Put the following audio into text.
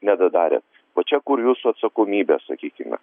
nedadarėt va čia kur jūsų atsakomybė sakykime